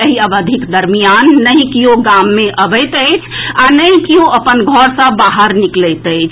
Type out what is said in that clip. एहि अवधिक दरमियान नहि कियो गाम मे अबैत अछि आ नहि कियो अपन घर सँ बाहर निकलैत अछि